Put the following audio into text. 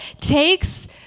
takes